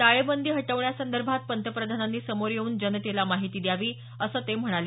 टाळेबंदी हटवण्यासंदर्भात पंतप्रधानांनी समोर येऊन जनतेला माहिती द्यावी असं ते म्हणाले